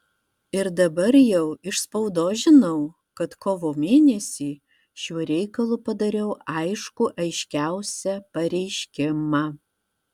ir dabar jau iš spaudos žinau kad kovo mėnesį šiuo reikalu padariau aiškų aiškiausią pareiškimą